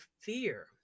fear